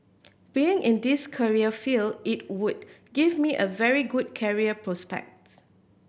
being in this career field it would give me a very good career prospects